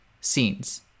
scenes